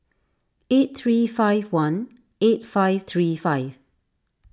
eight three five one eight five three five